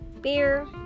Beer